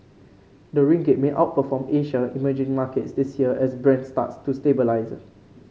the ringgit may outperform Asia emerging markets this year as Brent starts to stabilise